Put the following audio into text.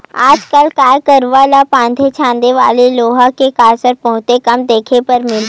आज कल गाय गरूवा ल बांधे छांदे वाले लोहा के कांसरा बहुते कम देखे बर मिलथे